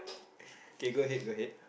k go ahead go ahead